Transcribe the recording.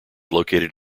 located